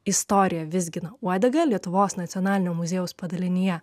istorija vizgina uodegą lietuvos nacionalinio muziejaus padalinyje